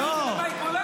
תחזיר את זה למאי גולן.